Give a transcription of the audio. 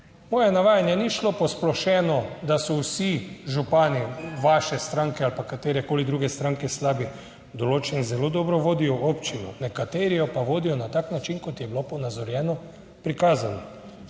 Moje navajanje ni šlo posplošeno, da so vsi župani vaše stranke ali pa katerekoli druge stranke slabi, določeni zelo dobro vodijo občino, nekateri jo pa vodijo na tak način kot je bilo ponazorjeno, prikazano.